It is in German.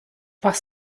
was